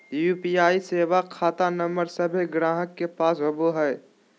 UPI सेवा खता number सभे गाहक के पास होबो हइ